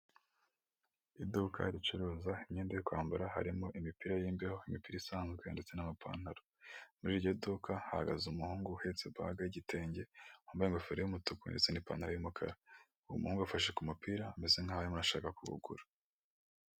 Iduka ricuruza imyenda yo kwambara harimo imipira yimbeho, imipira isanzwe, ndetse namapantaro, muri iryo duka hahagaze umuhungu uhetse baga y' igitenge, wambaye ingofero y'umutuku ndetse n'ipantaro yumukara, uwo umuhungu afashe ku umupira umeze nkaho arimo arashaka ku wugura.